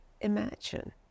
imagine